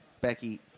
Becky